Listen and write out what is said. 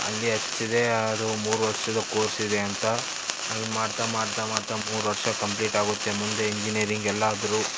ಅಲ್ಲಿ ಹಚ್ಚಿದೆ ಅದು ಮೂರು ವರ್ಷದ ಕೋರ್ಸ್ ಇದೆ ಅಂತ ಅಲ್ಲಿ ಮಾಡ್ತಾ ಮಾಡ್ತಾ ಮಾಡ್ತಾ ಮೂರು ವರ್ಷ ಕಂಪ್ಲೀಟ್ ಆಗುತ್ತೆ ಮುಂದೆ ಇಂಜಿನಿಯರಿಂಗ್ ಎಲ್ಲಾದರೂ